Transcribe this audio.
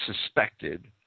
suspected